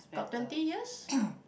got twenty years